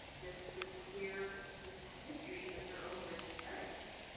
this this queer this history as their own rich inheritance.